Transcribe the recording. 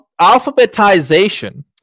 alphabetization